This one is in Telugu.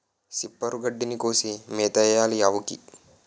సిప్పరు గడ్డిని కోసి మేతెయ్యాలావుకి